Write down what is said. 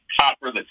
copper